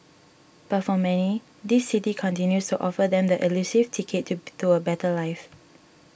but for many this city continues to offer them the elusive ticket to a better life